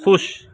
خوش